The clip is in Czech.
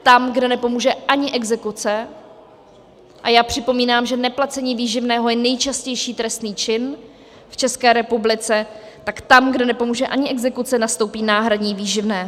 Tam, kde nepomůže ani exekuce a já připomínám, že neplacení výživného je nejčastější trestný čin v České republice tak tam, kde nepomůže ani exekuce, nastoupí náhradní výživné.